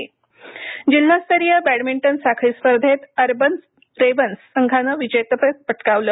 क्रीडा जिल्हास्तरीय बॅडमिंटन साखळी स्पर्धेंत अर्बन रेवन्स संघानं विजेतेपद पटकावलं